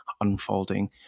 unfolding